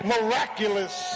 Miraculous